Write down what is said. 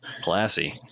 Classy